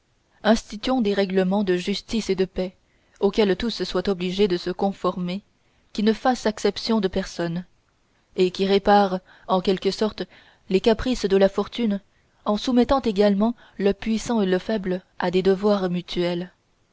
instituons des règlements de justice et de paix auxquels tous soient obligés de se conformer qui ne fassent acception de personne et qui réparent en quelque sorte les caprices de la fortune en soumettant également le puissant et le faible à des devoirs mutuels